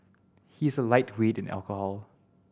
he is a lightweight in alcohol